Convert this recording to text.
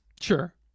Sure